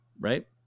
right